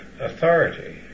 authority